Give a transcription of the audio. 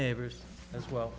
neighbors as well